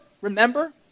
remember